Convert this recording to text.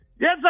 Yes